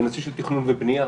בנושא של תכנון ובנייה,